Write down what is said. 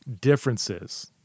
differences